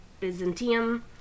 Byzantium